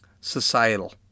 societal